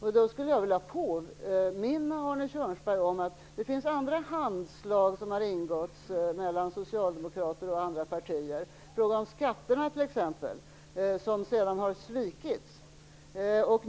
Jag skulle vilja påminna Arne Körnsberg om att det finns andra handslagssamarbeten som har ingåtts mellan Socialdemokraterna och andra partier - i fråga om skatterna t.ex. - som sedan har svikits.